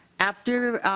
after